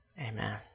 Amen